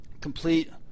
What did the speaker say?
complete